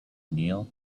kneel